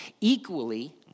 equally